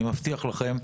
אני מבטיח לכם.